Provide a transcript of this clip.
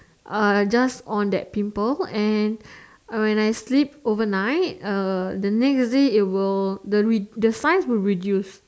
uh just on that pimple and when I sleep overnight uh the next day it will the ray the size will reduce